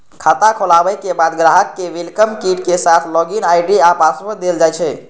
खाता खोलाबे के बाद ग्राहक कें वेलकम किट के साथ लॉग इन आई.डी आ पासवर्ड देल जाइ छै